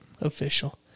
Official